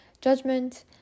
judgment